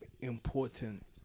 important